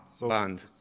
Band